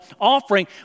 offering